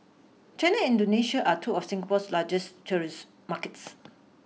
China Indonesia are two of Singapore's largest tourism markets